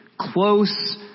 close